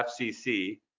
FCC